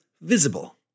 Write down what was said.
visible